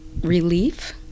relief